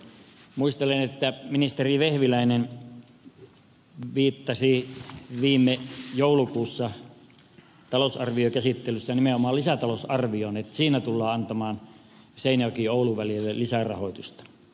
muistelen että ministeri vehviläinen viittasi viime joulukuussa talousarviokäsittelyssä nimenomaan lisätalousarvioon että siinä tullaan antamaan seinäjokioulu välille lisää rahoitusta